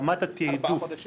רמת התעדוף